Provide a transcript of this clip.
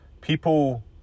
people